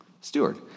Steward